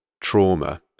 trauma